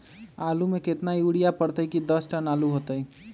आलु म केतना यूरिया परतई की दस टन आलु होतई?